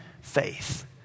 faith